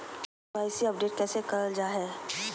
KYC update कैसे करल जाहै?